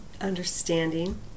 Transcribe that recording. Understanding